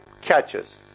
catches